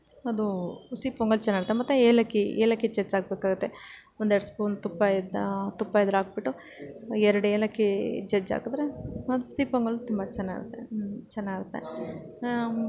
ಅದೂ ಹುಸಿ ಪೊಂಗಲ್ ಚೆನ್ನಾಗಿರುತ್ತೆ ಮತ್ತು ಏಲಕ್ಕಿ ಏಲಕ್ಕಿ ಚಚ್ಚಾಕ್ಬೇಕಾಗುತ್ತೆ ಒಂದೆರಡು ಸ್ಪೂನ್ ತುಪ್ಪ ಇದ್ದಾ ತುಪ್ಪ ಇದ್ದರೆ ಹಾಕ್ಬಿಟ್ಟು ಎರಡು ಏಲಕ್ಕಿ ಜಜ್ಜಿ ಹಾಕಿದರೆ ಹಸಿ ಪೊಂಗಲ್ ತುಂಬ ಚೆನ್ನಾಗಿರುತ್ತೆ ಚೆನ್ನಾಗಿರುತ್ತೆ